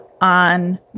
on